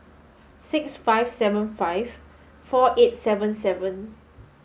six five seven five four eight seven seven